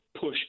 push